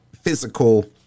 physical